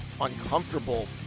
uncomfortable